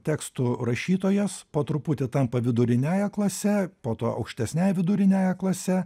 tekstų rašytojos po truputį tampa viduriniąja klase po to aukštesniąja viduriniąja klase